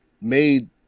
made